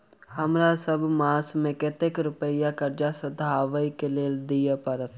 हमरा सब मास मे कतेक रुपया कर्जा सधाबई केँ लेल दइ पड़त?